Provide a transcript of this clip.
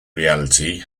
reality